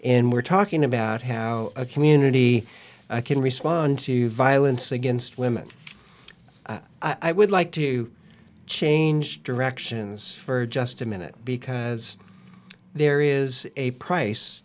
and we're talking about how a community can respond to violence against women i would like to change directions for just a minute because there is a price